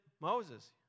Moses